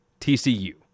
TCU